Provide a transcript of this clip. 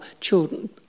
children